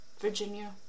Virginia